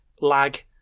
lag